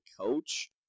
coach